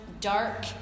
dark